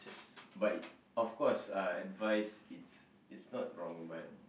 but of course uh advice it's it's not wrong but